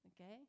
Okay